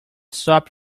stop